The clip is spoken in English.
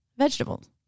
vegetables